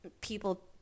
people